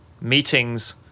meetings